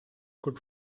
could